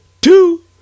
Two